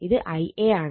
ഇത് Ia ആണ്